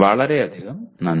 വളരെയധികം നന്ദി